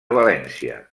valència